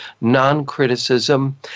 non-criticism